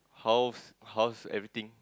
how's how's everything